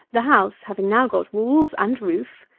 the house having now got walls and roof,